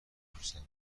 میپرسم